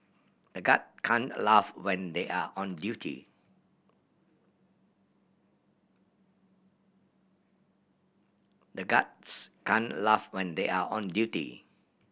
the guard can't laugh when they are on duty the guards can't laugh when they are on duty